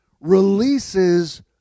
releases